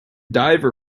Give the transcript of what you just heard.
diver